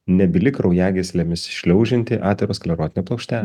nebyli kraujagyslėmis šliaužianti aterosklerotinė plokštelė